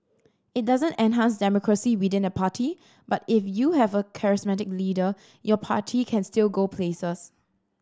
it doesn't enhance democracy within the party but if you have a charismatic leader your party can still go places